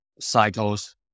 cycles